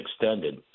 extended